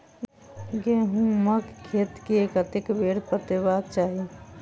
गहुंमक खेत केँ कतेक बेर पटेबाक चाहि?